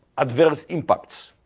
adverse impacts.